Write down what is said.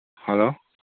hello